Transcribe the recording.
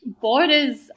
borders